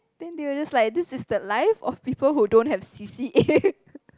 then they'll just like this is the life of people who don't have C_C_A